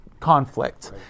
conflict